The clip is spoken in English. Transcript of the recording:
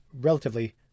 relatively